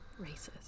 Racist